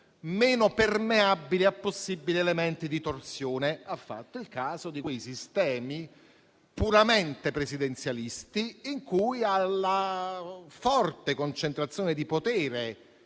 meno permeabili a possibili elementi di torsione. Il senatore ha fatto il caso di quei sistemi puramente presidenzialisti in cui alla forte concentrazione di potere